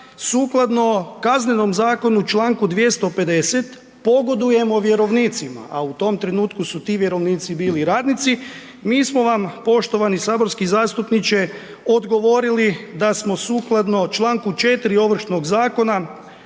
sukladno Kaznenom zakonu Članku 250. pogodujemo vjerovnicima, a u tom trenutku su ti vjerovnici bili radnici, mi smo vam poštovani saborski zastupniče odgovorili da smo sukladno Članku 4. Ovršnog zakona